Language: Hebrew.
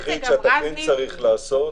הדבר היחיד שאתה צריך לקחת